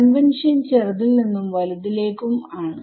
convention ചെറുതിൽ നിന്നും വലുതിലേക്കും ആണ്